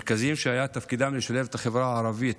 מרכזים שתפקידם היה לשלב את החברה הערבית